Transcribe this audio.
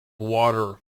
water